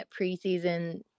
preseason